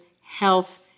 health